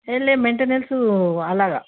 ఏమిలేదు maintenance అలాగ